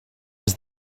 was